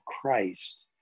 Christ